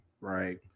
right